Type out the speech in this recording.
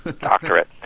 Doctorate